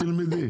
תלמדי.